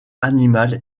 animales